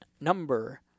number